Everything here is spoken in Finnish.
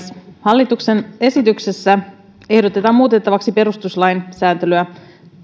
hallituksen esityksessä ehdotetaan muutettavaksi perustuslain sääntelyä